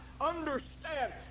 understand